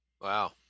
Wow